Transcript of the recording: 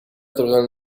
through